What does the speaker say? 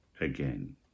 again